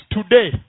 today